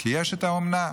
כי יש את האומנה,